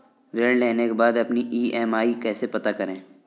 ऋण लेने के बाद अपनी ई.एम.आई कैसे पता करें?